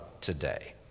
today